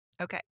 Okay